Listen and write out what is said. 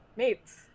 Mates